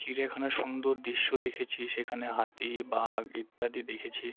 চিড়িয়াখানা সুন্দর দৃশ্য দেখেছি সেখানে হাতি বাঘ ইত্যাদি দেখেছি